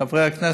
חברי הכנסת.